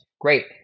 Great